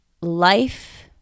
life